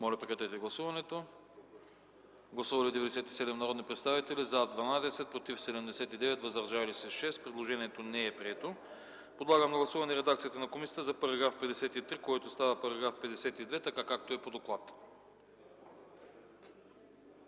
комисията не подкрепя. Гласували 97 народни представители: за 12, против 79, въздържали се 6. Предложението не е прието. Подлагам на гласуване редакцията на комисията за § 53, който става § 52, така както е по доклада.